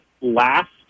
last